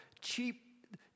cheap